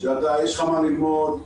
שיש לך מה ללמוד,